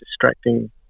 distracting